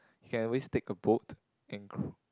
you can always take a boat and cro~